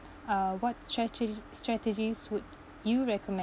uh what strateg~ strategies would you recommend